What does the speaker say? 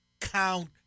count